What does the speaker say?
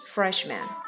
Freshman